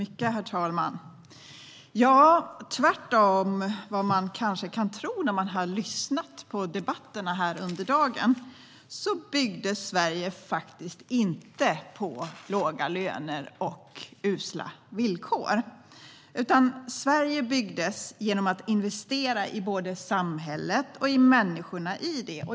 Herr talman! Tvärtemot vad man kanske kan tro när man har lyssnat på debatterna under dagen byggdes Sverige faktiskt inte på låga löner och usla villkor. Sverige byggdes genom investeringar i både samhället och människorna i det.